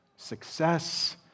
success